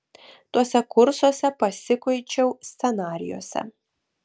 tuose kursuose pasikuičiau scenarijuose